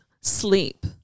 sleep